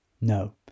No